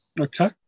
Okay